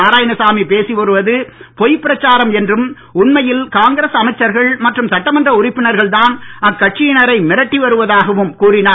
நாராயணசாமி பேசி வருவது பொய்ப் பிரச்சாரம் என்றும் உண்மையில் காங்கிரஸ் அமைச்சர்கள் மற்றும் சட்டமன்ற உறுப்பினர்கள்தான் அக்கட்சியினரை மிரட்டி வருவதாகவும் கூறினார்